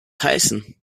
heißen